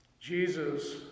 Jesus